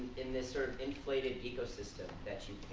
in this sort of inflated ecosystem that you